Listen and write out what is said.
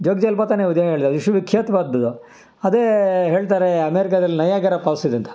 ಜೋಗ ಜಲಪಾತನೇ ಉದಾಹರ್ಣೆಗ್ ಹೇಳು ವಿಶ್ವವಿಖ್ಯಾತ್ವಾದ್ದದು ಅದೇ ಹೇಳ್ತಾರೆ ಅಮೇರಿಕಾದಲ್ಲಿ ನಯಾಗಾರ ಫಾಲ್ಸ್ ಇದೆ ಅಂತ